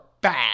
bad